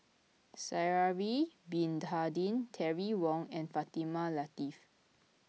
Sha'ari Bin Tadin Terry Wong and Fatimah Lateef